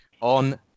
on